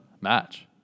match